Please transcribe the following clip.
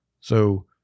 So-